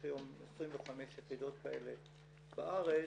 יש היום 25 יחידות כאלה בארץ,